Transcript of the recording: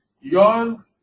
young